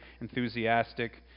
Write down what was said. enthusiastic